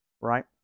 right